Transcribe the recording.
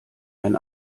ein